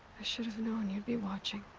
i should've known you'd be watching.